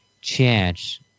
chance